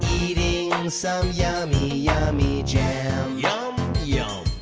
eating some yummy yummy jam. yum yum.